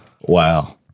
Wow